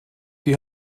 die